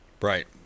Right